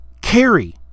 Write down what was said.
carry